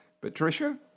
Patricia